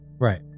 Right